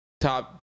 top